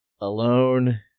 alone